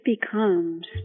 becomes